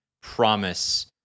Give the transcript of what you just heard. promise